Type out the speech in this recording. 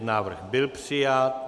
Návrh byl přijat.